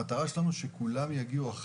המטרה שלנו שכולם יגיעו למרחבים הללו,